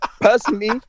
Personally